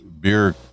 beer